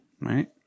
right